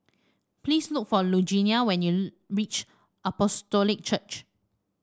please look for Lugenia when you reach Apostolic Church